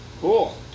Cool